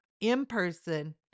in-person